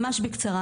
ממש בקצרה